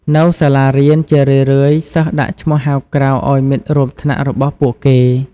នៅសាលារៀន ជារឿយៗសិស្សដាក់ឈ្មោះហៅក្រៅឲ្យមិត្តរួមថ្នាក់របស់ពួកគេ។